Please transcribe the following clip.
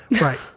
Right